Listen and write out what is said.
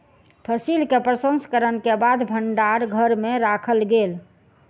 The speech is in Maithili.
फसिल के प्रसंस्करण के बाद भण्डार घर में राखल गेल